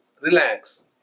relax